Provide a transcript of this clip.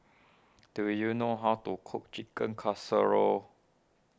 do you know how to cook Chicken Casserole